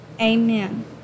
Amen